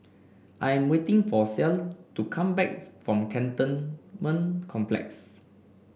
I'm waiting for Clell to come back from Cantonment Complex